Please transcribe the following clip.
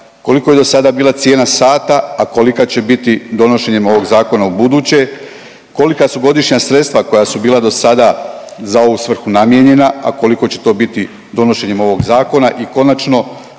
Koliko je do sada bila cijena sata, a kolika će biti donošenjem ovog zakona ubuduće, kolika su godišnja sredstva koja su bila dosada za ovu svrhu namijenjena, a koliko će to biti donošenjem ovog zakona i konačno